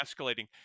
escalating